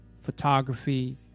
photography